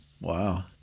Wow